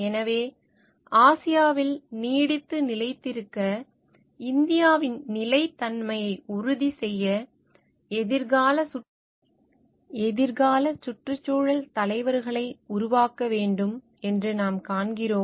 எனவே ஆசியாவில் நீடித்து நிலைத்திருக்க இந்தியாவின் நிலைத்தன்மையை உறுதிசெய்ய எதிர்கால சுற்றுச்சூழல் தலைவர்களை உருவாக்க வேண்டும் என்று நாம் காண்கிறோம்